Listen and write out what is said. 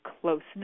closeness